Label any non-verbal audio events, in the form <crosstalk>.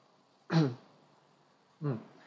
<coughs> mm